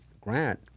Grant